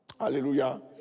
Hallelujah